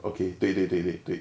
okay 对对对对